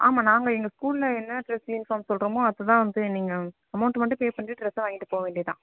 ஆமாம் நாங்கள் எங்கள் ஸ்கூல்ல என்ன ட்ரெஸ் யூனிஃபார்ம் சொல்கிறோமோ அதுதான் வந்து நீங்கள் அமௌன்ட்டு மட்டும் பே பண்ணிட்டு ட்ரெஸ்ஸை வாங்கிட்டு போக வேண்டிய தான்